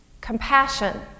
compassion